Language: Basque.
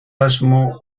asmo